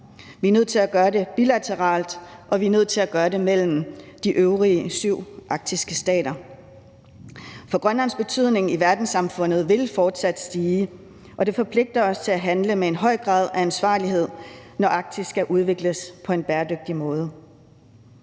Vi er nødt til at gøre det bilateralt, og vi er nødt til at gøre det mellem de øvrige syv arktiske stater. For Grønlands betydning i verdenssamfundet vil fortsat stige, og det forpligter os til at handle med en høj grad af ansvarlighed, når Arktis skal udvikles på en bæredygtig måde.